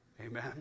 amen